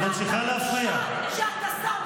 אתה פשוט מדבר שטויות, כל הזמן מדבר שטויות.